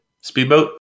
Speedboat